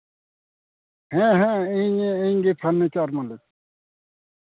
ᱦᱮᱸ ᱦᱮᱸ ᱦᱮᱸ ᱤᱧᱜᱮ ᱯᱷᱟᱨᱱᱤᱪᱟᱨ ᱢᱟᱹᱞᱤᱠ